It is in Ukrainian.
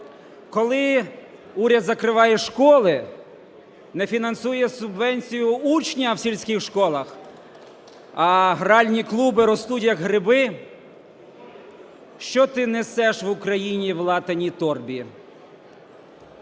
Коли уряд закриває школи, не фінансує субвенцію учня в сільських школах, а гральні клуби ростуть, як гриби? Що ти несеш в Україну в латаній торбі?